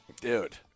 Dude